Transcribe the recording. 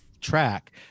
track